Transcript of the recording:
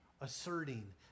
asserting